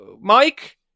Mike